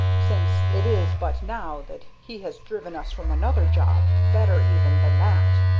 since it is but now that he has driven us from another job, better even than that.